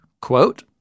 quote